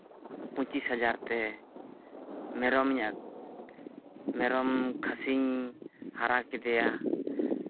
ᱯᱚᱸᱪᱤᱥ ᱦᱟᱡᱟᱨ ᱛᱮ ᱢᱮᱨᱚᱢ ᱤᱧ ᱢᱮᱨᱚᱢ ᱠᱷᱟᱹᱥᱤᱧ ᱦᱟᱨᱟ ᱠᱮᱫᱮᱭᱟ